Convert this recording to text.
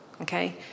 Okay